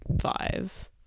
five